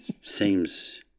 seems